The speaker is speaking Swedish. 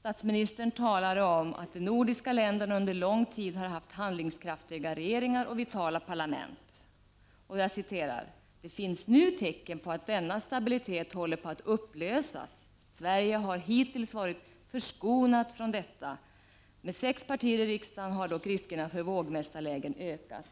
Statsministern talade om att de nordiska länderna under lång tid har haft handlingskraftiga regeringar och vitala parlament: ”Det finns nu tecken på att denna stabilitet håller på att upplösas. Sverige har hittills varit förskonat från detta. Med sex partier i riksdagen har dock riskerna för vågmästarlägen ökat.”